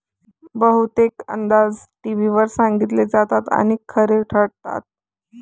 बहुतेक अंदाज टीव्हीवर सांगितले जातात आणि खरे ठरतात